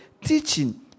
Teaching